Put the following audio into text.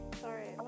sorry